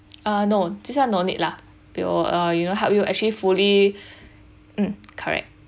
ah no this one no need lah we will you know help you actually fully mm correct